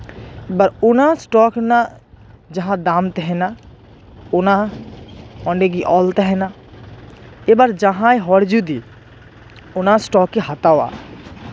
ᱚᱱᱟ ᱥᱴᱚᱠ ᱨᱮᱱᱟᱜ ᱡᱟᱦᱟᱸ ᱫᱟᱢ ᱛᱟᱦᱮᱱᱟ ᱚᱱᱟ ᱚᱸᱰᱮ ᱜᱮ ᱚᱞ ᱛᱟᱦᱮᱱᱟ ᱮᱵᱟᱨ ᱡᱟᱦᱟᱸᱭ ᱦᱚᱲ ᱡᱩᱫᱤ ᱚᱱᱟ ᱥᱴᱚᱠᱮᱭ ᱦᱟᱛᱟᱣᱟ